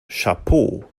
chapeau